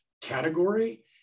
category